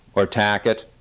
or tack it.